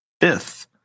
fifth